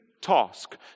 task